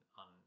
on